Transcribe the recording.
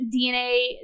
DNA